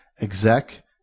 exec